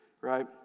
right